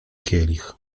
kielich